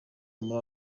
muri